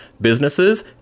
businesses